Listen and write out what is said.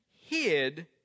hid